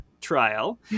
trial